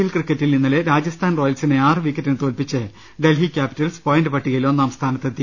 L ക്രിക്കറ്റിൽ ഇന്നലെ രാജസ്ഥാൻ റോയൽസിനെ ആറ് വിക്കറ്റിന് തോൽപ്പിച്ച് ഡൽഹി ക്യാപി റ്റൽസ് പോയിന്റ് പട്ടികയിൽ ഒന്നാം സ്ഥാനത്തെത്തി